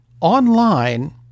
online